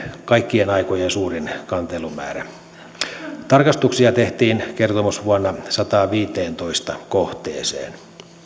kaikkien aikojen suurin kantelumäärä tarkastuksia tehtiin kertomusvuonna sadanteenviidenteentoista kohteeseen